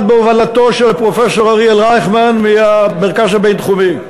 אחד בהובלתו של פרופסור אוריאל רייכמן מהמרכז הבין-תחומי,